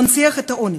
ומנציח את העוני.